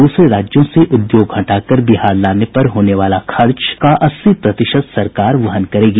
दूसरे राज्यों से उद्योग हटाकर बिहार लाने पर होने वाले खर्च का अस्सी प्रतिशत सरकार वहन करेगी